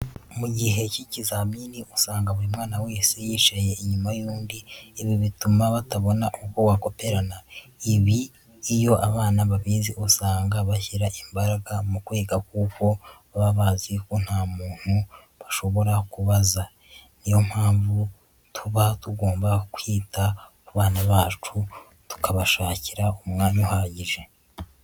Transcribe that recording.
Mu gihe cy'ikizamini usanga buri mwana wese yicaye inyuma yundi, ibi bituma batabona uko bakoperana, ibi iyo abana babizi usanga bashyira imbaraga mu kwiga kuko baba bazi ko nta muntu bashobora kubaza, ni yo mpamvu tuba tugomba kwita ku bana bacu tukabashakira umwanya uhagije.